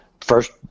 first